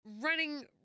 Running